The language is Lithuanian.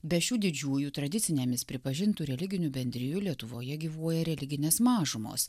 be šių didžiųjų tradicinėmis pripažintų religinių bendrijų lietuvoje gyvuoja religinės mažumos